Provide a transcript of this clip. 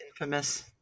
infamous